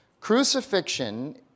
crucifixion